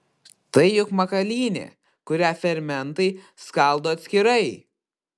tai juk makalynė kurią fermentai skaldo atskirai